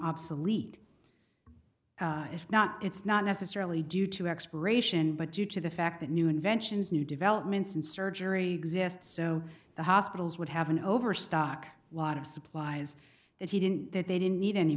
obsolete if not it's not necessarily due to expiration but due to the fact that new inventions new developments and surgery exist so the hospitals would have an overstock lot of supplies that he didn't that they didn't need